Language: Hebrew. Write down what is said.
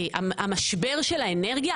המשבר של האנרגיה,